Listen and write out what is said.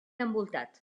envoltat